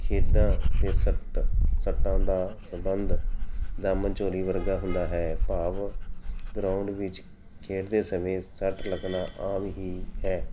ਖੇਡਾਂ 'ਤੇ ਸੱਟ ਸੱਟਾਂ ਦਾ ਸਬੰਧ ਦਾਮਨ ਚੋਲੀ ਵਰਗਾ ਹੁੰਦਾ ਹੈ ਭਾਵ ਗਰਾਊਂਡ ਵਿੱਚ ਖੇਡਦੇ ਸਮੇਂ ਸੱਟ ਲੱਗਣਾ ਆਮ ਹੀ ਹੈ